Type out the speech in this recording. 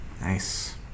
Nice